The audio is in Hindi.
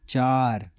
चार